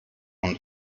und